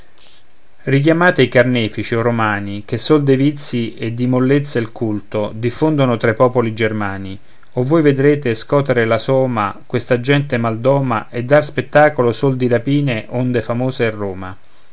richiamate i carnefici o romani che sol dei vizi e di mollezza il culto diffondono tra i popoli germani o voi vedrete scotere la soma questa gente mal doma e dar spettacolo sol di rapine onde famosa è roma